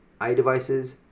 iDevices